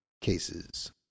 cases